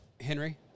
Henry